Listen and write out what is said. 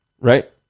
Right